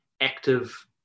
active